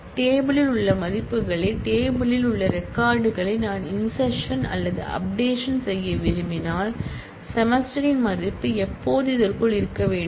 table யில் உள்ள மதிப்புகளை டேபிள் யில் உள்ள ரெக்கார்ட் களை நான் இன்செர்ஷன் அல்லது அப்டேஷன் செய்ய விரும்பினால் செமஸ்டரின் மதிப்பு எப்போதும் இதற்குள் இருக்க வேண்டும்